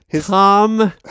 Tom